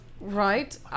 Right